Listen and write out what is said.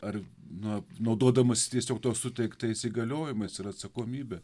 ar na naudodamasi tiesiog to suteiktais įgaliojimais ir atsakomybe